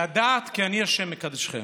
לדעת כי אני השם מקדשכם".